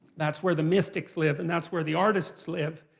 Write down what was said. that's where the mystics live, and that's where the artists live.